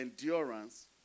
endurance